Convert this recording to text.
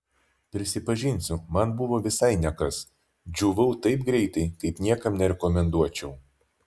prisipažinsiu man buvo visai ne kas džiūvau taip greitai kaip niekam nerekomenduočiau